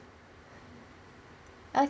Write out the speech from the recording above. o~